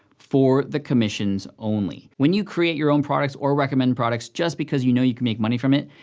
for the commissions only. when you create your own products, or recommend products, just because you know you can make money from it,